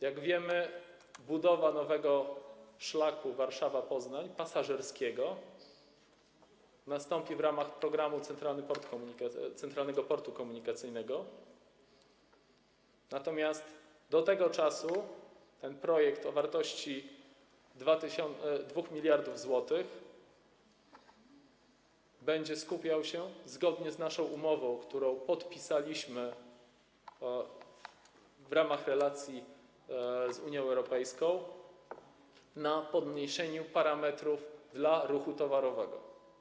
Jak wiemy, budowa nowego szlaku Warszawa - Poznań, pasażerskiego, nastąpi w ramach programu dotyczącego Centralnego Portu Komunikacyjnego, natomiast do tego czasu ten projekt, o wartości 2 mld zł, będzie skupiał się, zgodnie z naszą umową, którą podpisaliśmy w ramach relacji z Unią Europejską, na obniżeniu parametrów dla ruchu towarowego.